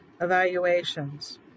evaluations